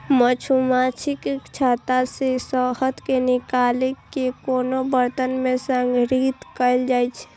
मछुमाछीक छत्ता सं शहद कें निकालि कें कोनो बरतन मे संग्रहीत कैल जाइ छै